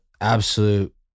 absolute